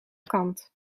kant